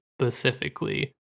specifically